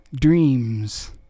dreams